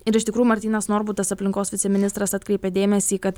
ir iš tikrų martynas norbutas aplinkos viceministras atkreipė dėmesį kad